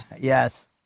yes